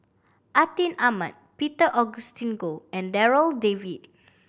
Atin Amat Peter Augustine Goh and Darryl David